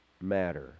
matter